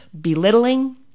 belittling